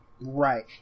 right